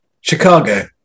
Chicago